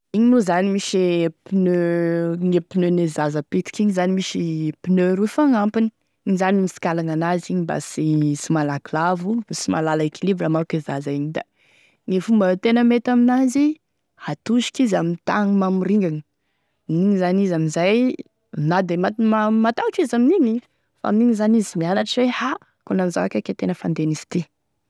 Igny moa zany misy e pneu, gne pneu ne zaza pitiky igny zany misy pneu roa fagnampiny, igny zany e misikalagny an'azy igny mba sy malaky lavo, sy malala équilibre manko e zaza igny da gne fomba tena mety amin'azy hatosoky izy ame tany mamiringagny, igny zany izy amin'izay na de mate ma mataotry izy amin'igny fa amin'igny zany izy mianatry hoe ah akonan'izao kaiky e tena fandehan'izy ity.